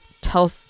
tell